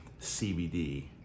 CBD